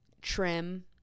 trim